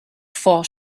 fought